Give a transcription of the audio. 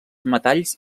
metalls